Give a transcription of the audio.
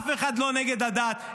אף אחד לא נגד הדת,